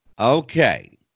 Okay